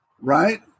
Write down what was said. right